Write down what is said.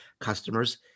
Customers